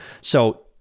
So-